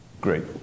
Great